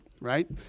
right